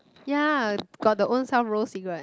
ya got the own self rolled cigarette